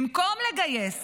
במקום לגייס